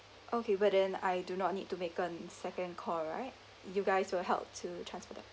okay but then I do not need to make um second call right you guys will help to transfer them